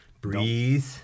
breathe